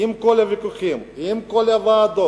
עם כל הוויכוחים, עם כל הוועדות,